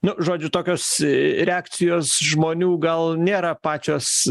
nu žodžiu tokios reakcijos žmonių gal nėra pačios